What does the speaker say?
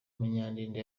munyandinda